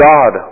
God